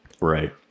Right